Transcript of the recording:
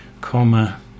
comma